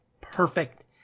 perfect